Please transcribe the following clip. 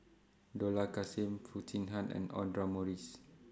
Dollah Kassim Foo Chee Han and Audra Morrice